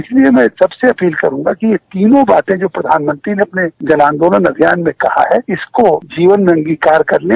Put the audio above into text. इसलिए मैं सबसे अपील करूँगा कि तीनों बाते जो प्रधानमंत्री जी ने अपने जन आन्दोलन अभियान में कहा है इसको जीवन में स्वीकार कर लें